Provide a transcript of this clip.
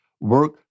Work